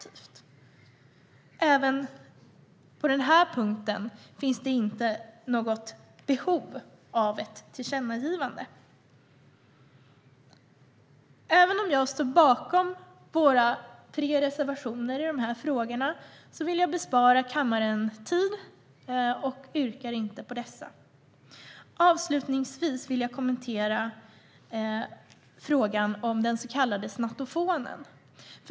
Inte heller på den punkten finns det något behov av ett tillkännagivande. Även om jag står bakom våra tre reservationer vill jag bespara kammaren tid och yrkar därför inte bifall till dessa. Avslutningsvis vill jag kommentera frågan om den så kallade snattofonen.